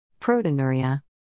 proteinuria